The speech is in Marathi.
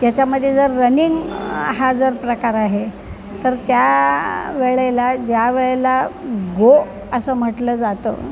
याच्यामध्ये जर रनिंग हा जर प्रकार आहे तर त्या वेळेला ज्या वेळेला गो असं म्हटलं जातं